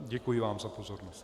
Děkuji vám za pozornost.